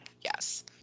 yes